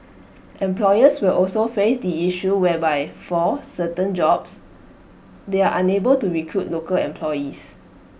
employers will also face the issue whereby for certain jobs they are unable to recruit local employees